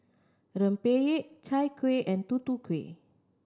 rempeyek Chai Kueh and Tutu Kueh